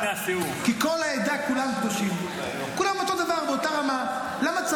שאכפת לה להבין מה זה לעתיד לבוא הקדוש ברוך הוא עושה מחול לצדיקים.